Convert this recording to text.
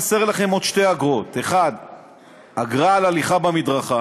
חסר לכם עוד שתי אגרות: 1. אגרה על הליכה במדרכה,